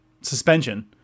suspension